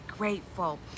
Grateful